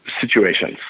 situations